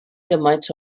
gymaint